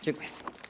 Dziękuję.